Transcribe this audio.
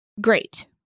Great